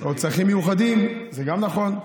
או צרכים מיוחדים, גם זה נכון.